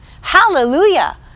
Hallelujah